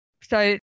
So-